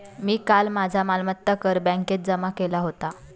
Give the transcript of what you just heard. मी काल माझा मालमत्ता कर बँकेत जमा केला होता